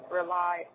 rely